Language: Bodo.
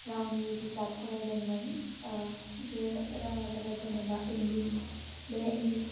रावनि बिजाब फरायदोंमोन बे रावा जाबाय जेनेबा इंग्लिश बे इंग्लिश